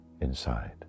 inside